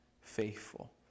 faithful